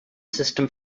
system